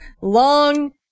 long